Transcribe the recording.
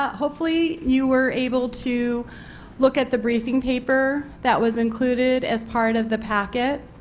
ah hopefully you were able to look at the briefing paper that was included as part of the packet.